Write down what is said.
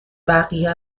بقیه